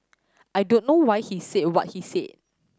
I don't know why he said what he said